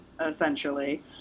essentially